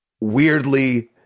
weirdly